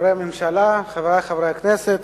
חברי הממשלה, חברי חברי הכנסת,